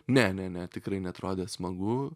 ne ne ne tikrai neatrodė smagu